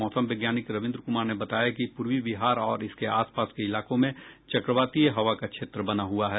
मौसम वैज्ञानिक रविन्द्र कुमार ने बताया कि पूर्वी बिहार और इसके आस पास के इलाकों में चक्रवातीय हवा का क्षेत्र बना हुआ है